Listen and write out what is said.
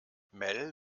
mel